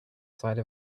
side